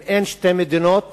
אם אין שתי מדינות